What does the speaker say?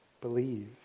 Believe